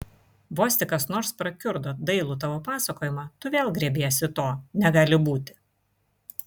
vos tik kas nors prakiurdo dailų tavo pasakojimą tu vėl griebiesi to negali būti